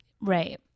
Right